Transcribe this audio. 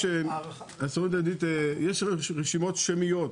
יש רשימות שמיות,